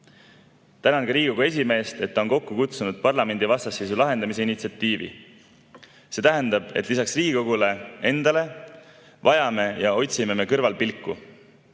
Tänan ka Riigikogu esimeest, et ta on kokku kutsunud parlamendi vastasseisu lahendamise initsiatiivi. See tähendab, et lisaks Riigikogule vajame ja otsime me kõrvalpilku,